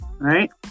Right